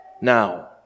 now